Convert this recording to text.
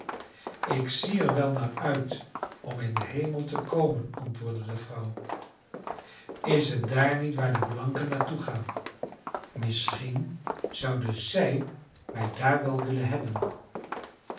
ik zie er wel naar uit om in den hemel te komen antwoordde de vrouw is het daar niet waar de blanken naar toe gaan misschien zouden zij mij daar wel willen hebben